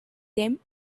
them